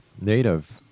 Native